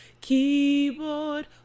Keyboard